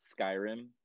Skyrim